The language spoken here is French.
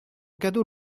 cadeau